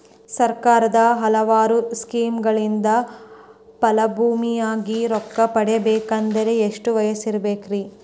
ಸರ್ಕಾರದ ಹಲವಾರು ಸ್ಕೇಮುಗಳಿಂದ ಫಲಾನುಭವಿಯಾಗಿ ರೊಕ್ಕ ಪಡಕೊಬೇಕಂದರೆ ಎಷ್ಟು ವಯಸ್ಸಿರಬೇಕ್ರಿ?